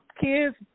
kids